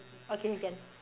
okay can